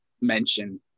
mention